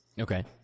okay